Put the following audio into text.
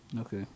Okay